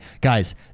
guys